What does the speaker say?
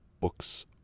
books